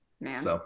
man